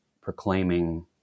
proclaiming